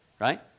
right